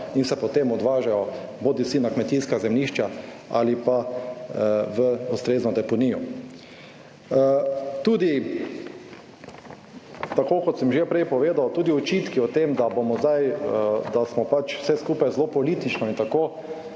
in se potem odvažajo bodisi na kmetijska zemljišča ali pa v ustrezno deponijo. Tudi, tako kot sem že prej povedal, tudi očitki o tem, da bomo zdaj, da smo pač vse skupaj zelo politično in tako.